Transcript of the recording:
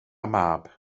mab